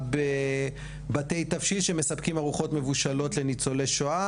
בבתי תבשיל שמספקים ארוחות מבושלות לניצולי שואה.